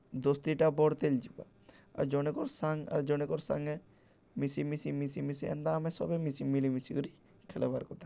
ଦୋସ୍ତିଟା ବଡ଼୍ତେଲ୍ ଯିବା ଆର୍ ଜଣେକର୍ ସାଙ୍ଗ ଆର୍ ଜଣେକର୍ ସାଙ୍ଗେ ମିଶି ମିଶି ମିଶି ମିଶି ଏନ୍ତା ଆମେ ସବେ ମିଶି ମିଳିି ମିଶି କରି ଖେଲ୍ବାର୍ କଥା